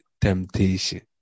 temptation